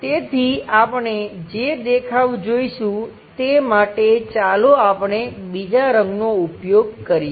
તેથી આપણે જે દેખાવ જોઈશું તે માટે ચાલો આપણે બીજા રંગનો ઉપયોગ કરીએ